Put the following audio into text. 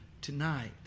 tonight